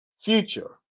future